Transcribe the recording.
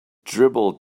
dribbled